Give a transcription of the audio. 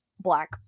black